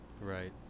Right